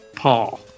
Paul